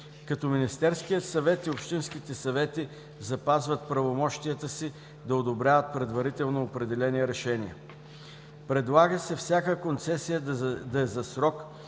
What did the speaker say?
като Министерският съвет и общинските съвети запазват правомощията си да одобряват предварително определени решения. Предлага се всяка концесия да е за